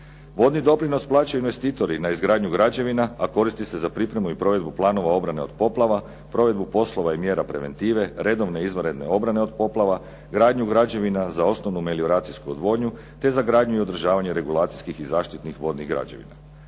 Vodni doprinos plaćaju investitori na izgradnju građevina a koriste se za pripremu i provedbu planova za obranu od poplava, provedbu poslova i mjera preventive, redovne izvanredne obrane od poplava, gradnju građevina za osnovnu melioracijsku odvodnju, te za gradnju održavanje i regulacijskih i zaštitnih vodnih građevina.